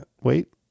wait